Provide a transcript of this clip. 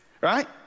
Right